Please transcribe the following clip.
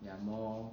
they are are more